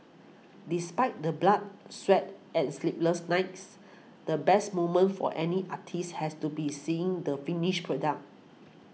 despite the blood sweat and sleepless nights the best moment for any artist has to be seeing the finished product